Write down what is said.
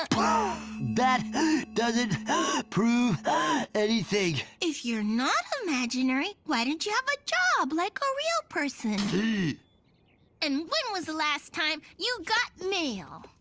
that doesn't prove anything. if you're not imaginary, why don't you have a job like a real person? and, when was the last time you've got mail? om.